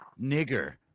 nigger